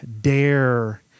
dare